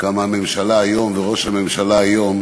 כמה הממשלה היום וראש הממשלה היום